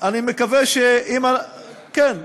אני מקווה, כן,